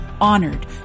honored